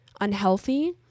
unhealthy